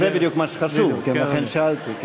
זה בדיוק מה שחשוב, ולכן שאלתי.